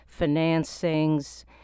financings